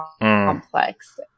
complex